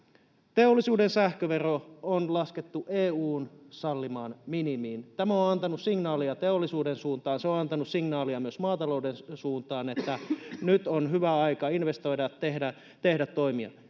teollisuuden sähkövero on laskettu EU:n sallimaan minimiin. Tämä on antanut signaalia teollisuuden suuntaan, ja se on antanut signaalia myös maatalouden suuntaan, että nyt on hyvä aika investoida ja tehdä toimia.